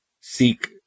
seek